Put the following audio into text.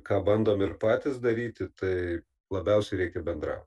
ką bandom ir patys daryti tai labiausiai reikia bendrau